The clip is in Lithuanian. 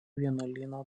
vienuolyno